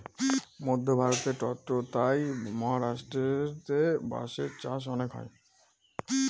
মধ্য ভারতে ট্বতথা মহারাষ্ট্রেতে বাঁশের চাষ অনেক হয়